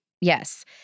Yes